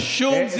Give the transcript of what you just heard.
שום זלזול.